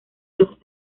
los